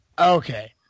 Okay